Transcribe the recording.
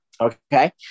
Okay